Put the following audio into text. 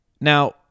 Now